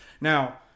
now